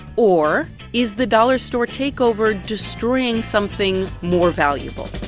or is the dollar store takeover destroying something more valuable?